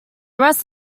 rest